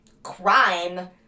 crime